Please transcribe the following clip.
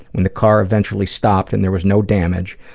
when the car eventually stopped and there was no damage,